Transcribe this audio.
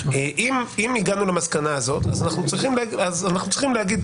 אם הגענו למסקנה הזאת,, אנחנו צריכים להגיד